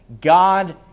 God